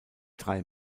drei